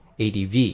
ADV